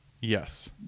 Yes